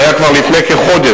זה היה כבר לפני כחודש,